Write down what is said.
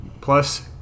plus